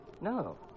No